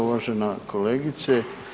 Uvažena kolegice.